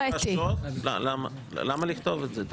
למה לפתוח את זה?